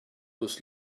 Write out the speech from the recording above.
was